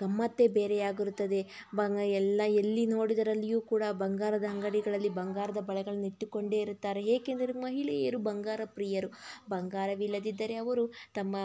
ಗಮ್ಮತ್ತೇ ಬೇರೆಯಾಗಿರುತ್ತದೆ ಬಂಗ್ ಎಲ್ಲ ಎಲ್ಲಿ ನೋಡಿದರಲ್ಲಿಯೂ ಕೂಡ ಬಂಗಾರದ ಅಂಗಡಿಗಳಲ್ಲಿ ಬಂಗಾರದ ಬಳೆಗಳನ್ನು ಇಟ್ಟುಕೊಂಡೇ ಇರುತ್ತಾರೆ ಏಕೆಂದರೆ ಮಹಿಳೆಯರು ಬಂಗಾರ ಪ್ರಿಯರು ಬಂಗಾರವಿಲ್ಲದಿದ್ದರೆ ಅವರು ತಮ್ಮ